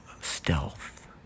stealth